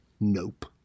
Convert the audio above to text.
nope